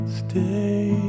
stay